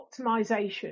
optimization